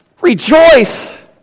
Rejoice